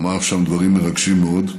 הוא אמר שם דברים מרגשים מאוד,